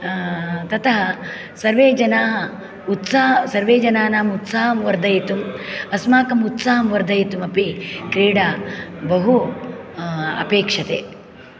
ततः सर्वे जना उत्सा सर्वे जनानाम् उत्साहं वर्धयितुम् अस्माकम् उत्साहं वर्धयितुमपि क्रीडा बहु अपेक्षते